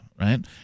right